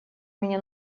меня